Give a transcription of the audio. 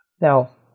Now